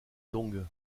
dong